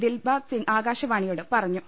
ദിൽബാഗ് സിംഗ് ആകാശവാണിയോട് പറഞ്ഞു